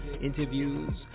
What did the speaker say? interviews